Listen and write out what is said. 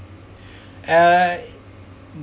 uh